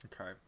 okay